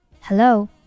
Hello